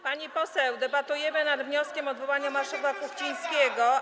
Pani poseł, debatujemy nad wnioskiem o odwołanie marszałka Kuchcińskiego.